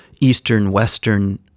eastern-western